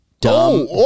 Dumb